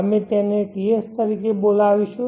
અમે તેને TS તરીકે બોલાવીશું